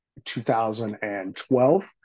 2012